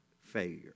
failure